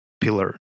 pillar